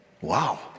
Wow